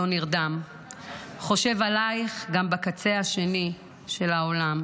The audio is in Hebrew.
לא נרדם / חושב עלייך גם בקצה השני של העולם /